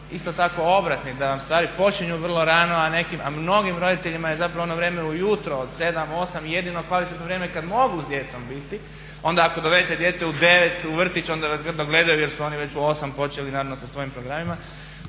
isto tako obratni, da vam stvari počinju vrlo rano a mnogim roditeljima je zapravo ono vrijeme ujutro od 7, 8 jedino kvalitetno vrijeme kad mogu s djecom biti onda ako dovedete dijete u 9 u vrtić onda vas grdo gledaju jer su oni već u 8 počeli naravno sa svojim programima.